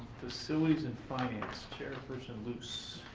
facilities and finance. chair person loose.